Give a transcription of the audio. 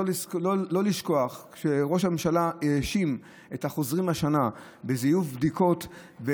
לשכוח שראש הממשלה האשים את החוזרים השנה בזיוף בדיקות,